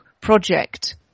project